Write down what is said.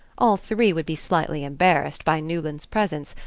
all three would be slightly embarrassed by newland's presence,